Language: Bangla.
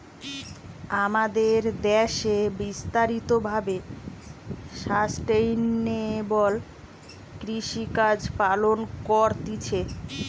আমাদের দ্যাশে বিস্তারিত ভাবে সাস্টেইনেবল কৃষিকাজ পালন করতিছে